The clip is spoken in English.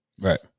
right